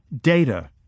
Data